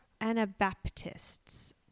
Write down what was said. Anabaptists